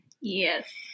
Yes